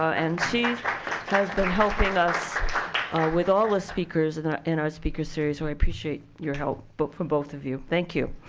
and she has been helping us with all the speakers in ah in our speaker series. so i appreciate your help but from both of you. thank you.